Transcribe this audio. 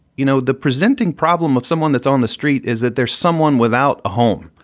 you know, the presenting problem of someone that's on the street is that there's someone without a home.